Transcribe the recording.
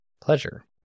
pleasure